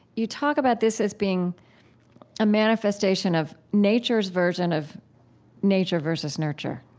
you talk about this as being a manifestation of nature's version of nature versus nurture